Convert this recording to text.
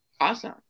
Awesome